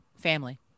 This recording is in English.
family